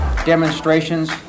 demonstrations